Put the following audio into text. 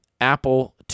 Apple